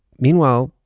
meanwhile,